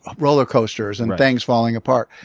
ah roller coasters and things falling apart.